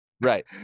Right